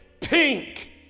pink